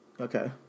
Okay